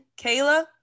Kayla